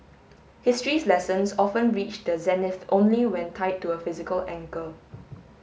history's lessons often reach their zenith only when tied to a physical anchor